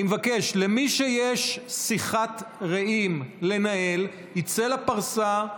אני מבקש, מי שיש לו שיחת רעים לנהל, שיצא לפרסה,